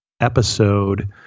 episode